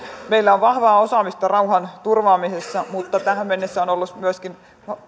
meillä on vahvaa osaamista rauhanturvaamisessa mutta tähän mennessä on ollut myöskin